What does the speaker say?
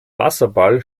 wasserball